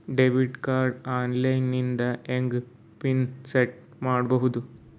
Debit card online ದಿಂದ ಹೆಂಗ್ pin set ಮಾಡೋದು?